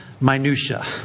minutiae